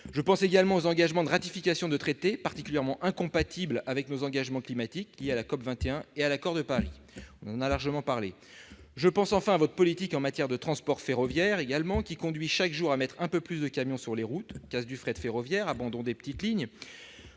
Je pense également aux engagements de ratification de traités particulièrement incompatibles avec nos engagements climatiques liés à la COP21 et à l'accord de Paris- nous en avons largement débattu. Je pense enfin à votre politique en matière de transport ferroviaire, qui conduit à mettre chaque jour un peu plus de camions sur les routes : casse du fret ferroviaire, abandon des petites lignes